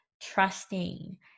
trusting